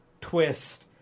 twist